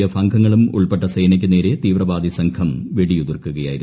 F അംഗങ്ങളും ഉൾപ്പെട്ട സേനയ്ക്കുനേരെ തീവ്രവാദി സംഘം വെടിയുതിർക്കുകയായിരുന്നു